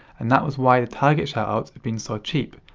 and that was why the target shoutouts had been so cheap.